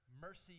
mercy